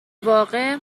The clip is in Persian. واقع